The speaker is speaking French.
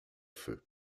feu